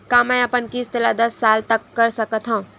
का मैं अपन किस्त ला दस साल तक कर सकत हव?